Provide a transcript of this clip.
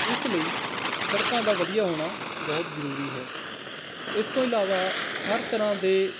ਇਸ ਲਈ ਸੜਕਾਂ ਦਾ ਵਧੀਆ ਹੋਣਾ ਬਹੁਤ ਜ਼ਰੂਰੀ ਹੈ ਇਸ ਤੋਂ ਇਲਾਵਾ ਹਰ ਤਰ੍ਹਾਂ ਦੇ